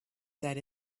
that